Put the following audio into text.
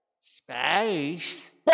Space